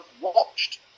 watched